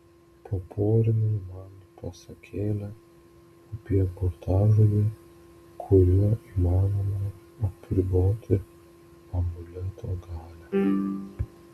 paporinai man pasakėlę apie burtažodį kuriuo įmanoma apriboti amuleto galią